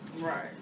Right